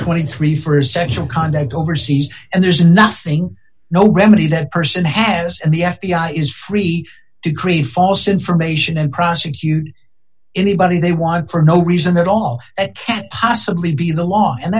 twenty three for sexual conduct overseas and there's nothing no remedy that person has and the f b i is free to create false information and prosecute anybody they want for no reason at all it can't possibly be the law and